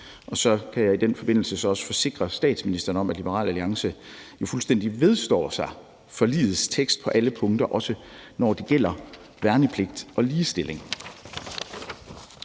Så kan jeg i den forbindelse også forsikre statsministeren om, at Liberal Alliance fuldstændig vedstår sig forligets tekst på alle punkter, også når det gælder værnepligt og ligestilling.